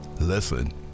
Listen